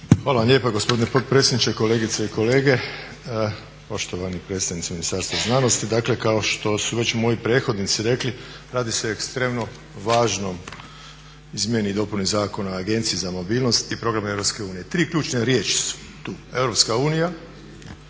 Hvala lijepa gospodine potpredsjedniče. Kolegice i kolege, poštovani predstavnici Ministarstva znanosti. Dakle kao što su već moji prethodnici rekli, radi se o ekstremno važnoj izmjeni i dopuni Zakona o Agenciji za mobilnost i programe Europske unije. Tri ključne riječi su tu: Europska unija,